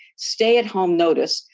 stay at home notice.